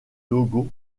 logo